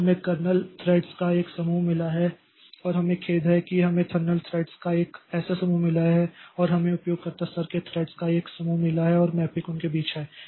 तो हमें kernel threads का एक समूह मिला है और हमें खेद है कि हमें कर्नेल थ्रेड्स का एक ऐसा समूह मिला है और हमें उपयोगकर्ता स्तर के थ्रेड्स का एक समूह मिला है और मैपिंग उनके बीच है